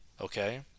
okay